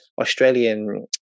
Australian